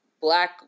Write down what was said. Black